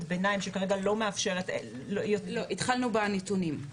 ביניים שכרגע לא מאפשרת --- התחלנו בנתונים,